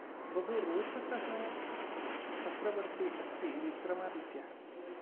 बहु रोचकः चक्रवर्ती अस्ति विक्रमादित्यः